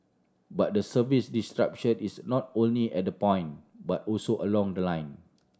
but the service disruption is not only at the point but also along the line